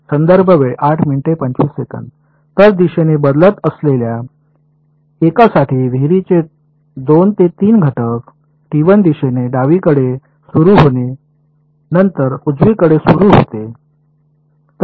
विद्यार्थी तर दिशेने बदलत असलेल्या एकासाठी विहिरीचे 2 3 घटक दिशेने डावीकडे सुरू होते नंतर उजवीकडे सुरू होते